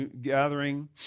gathering